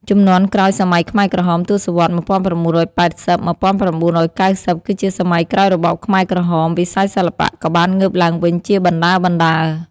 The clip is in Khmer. ជំនាន់ក្រោយសម័យខ្មែរក្រហម ទសវត្សរ៍ ១៩៨០-១៩៩០ គឺជាសម័យក្រោយរបបខ្មែរក្រហម វិស័យសិល្បៈក៏បានងើបឡើងវិញជាបណ្តើរៗ។